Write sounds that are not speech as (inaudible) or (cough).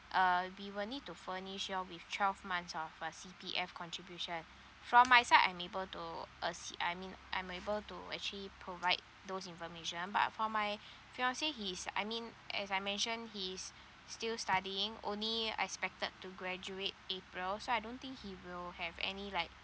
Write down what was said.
we will need to furnish you all with twelve months ah for C_P_F contribution from my side I'm able to uh see I mean I'm able to actually provide those information but for my (breath) fiancé he's I mean as I mention he is (breath) still studying only expected to graduate april so I don't think he will have any like